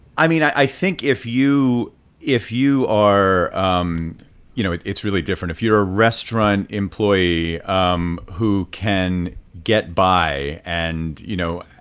i mean, i think if you if you are um you know, it's really different. if you're a restaurant employee um who can get by and, you know,